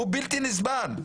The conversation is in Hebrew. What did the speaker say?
בלתי נסבל.